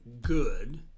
good